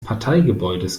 parteigebäudes